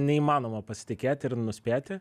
neįmanoma pasitikėt ir nuspėti